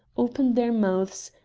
open their mouths,